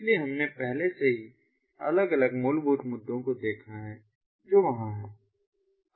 इसलिए हमने पहले से ही अलग अलग मूलभूत मुद्दों को देखा है जो वहां हैं